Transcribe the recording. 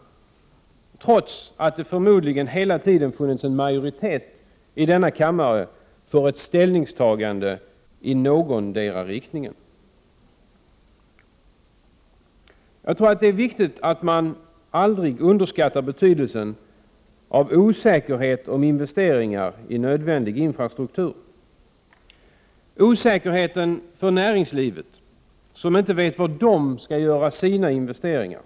Trots att det förmodligen hela tiden har funnits en majoritet i denna kammare för ett ställningstagande i någondera riktningen. Jag tror att det är viktigt att man aldrig underskattar betydelsen av osäkerhet när det gäller investeringar i nödvändig infrastruktur. Jag talar om osäkerheten för näringslivet, som inte vet var man skall göra sina investeringar.